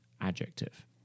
adjective